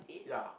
ya